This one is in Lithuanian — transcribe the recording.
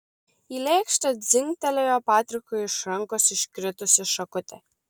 į lėkštę dzingtelėjo patrikui iš rankos iškritusi šakutė